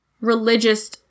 religious